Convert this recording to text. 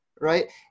right